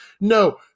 No